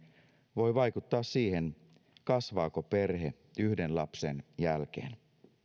voi vaikuttaa siihen kasvaako perhe yhden lapsen jälkeen